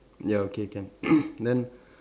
ya okay can then